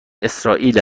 اسرائیل